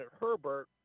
Herbert